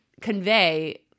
convey